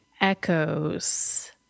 echoes